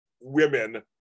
women